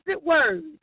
words